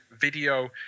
video